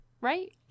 right